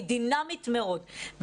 היא דינמית מאוד.